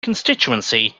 constituency